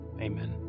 Amen